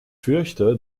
fürchte